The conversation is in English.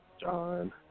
John